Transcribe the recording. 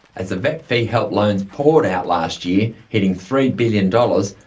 as the vet fee-help loans poured out last year, hitting three billion dollars,